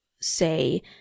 say